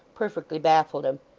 perfectly baffled him.